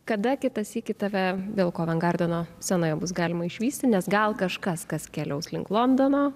kada kitą sykį tave vėl kovengardeno scenoje bus galima išvysti nes gal kažkas kas keliaus link londono